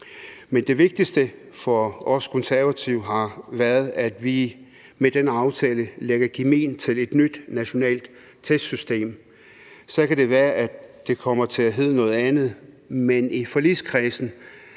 Men det vigtigste for os Konservative har været, at vi med denne aftale lægger kimen til et nyt nationalt testsystem. Så kan det være, at det kommer til at hedde noget andet, men i forligskredsen